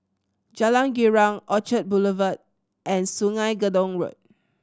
Jalan Girang Orchard Boulevard and Sungei Gedong Road